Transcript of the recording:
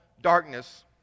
darkness